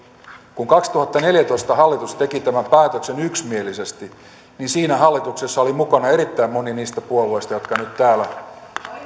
kun kaksituhattaneljätoista hallitus teki tämän päätöksen yksimielisesti niin siinä hallituksessa oli mukana erittäin moni niistä puolueista jotka nyt täällä